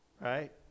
right